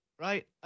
right